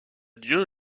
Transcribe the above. dieu